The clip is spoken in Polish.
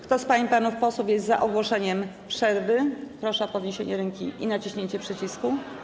Kto z pań i panów posłów jest za ogłoszeniem przerwy, proszę o podniesienie ręki i naciśnięcie przycisku?